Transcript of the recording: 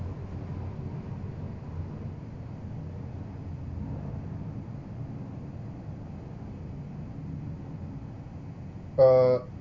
uh